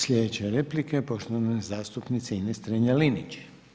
Slijedeća replika je poštovane zastupnice Ines Strenja-Linić.